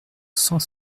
cent